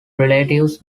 relatives